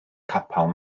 capel